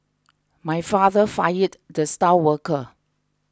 my father fired the star worker